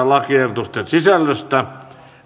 lakiehdotusten sisällöstä